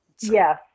Yes